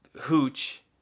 Hooch